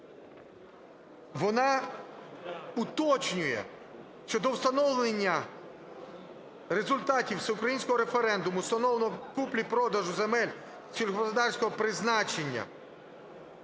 вона уточнює щодо встановлення результатів всеукраїнського референдуму, встановленого купівлі-продажу земель сільськогосподарського призначення,